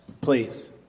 please